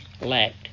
lacked